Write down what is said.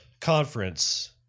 conference